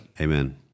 amen